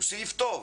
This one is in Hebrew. הוא סעיף טוב.